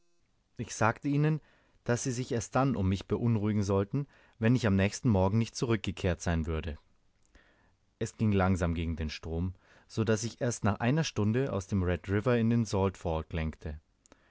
ich sagte ihnen daß sie sich erst dann um mich beunruhigen sollten wenn ich am nächsten morgen nicht zurückgekehrt sein würde es ging langsam gegen den strom so daß ich erst nach einer stunde aus dem red river in den salt fork